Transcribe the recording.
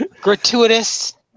Gratuitous